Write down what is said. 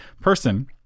person